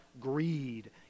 greed